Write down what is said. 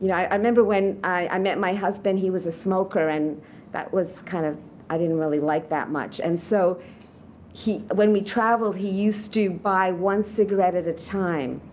and i i remember when i met my husband. he was a smoker. and that was kind of i didn't really like that much. and so when we travelled, he used to buy one cigarette at a time.